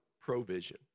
provision